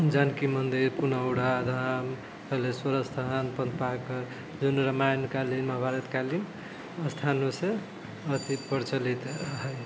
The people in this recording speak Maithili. जानकी मन्दिर पुनौरा धाम हलेश्वर स्थान पंथपाकर जौन रामायण कालीन महाभारत कालीन स्थानमेसँ अथि प्रचलित है